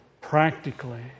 practically